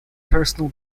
personal